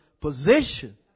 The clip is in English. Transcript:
position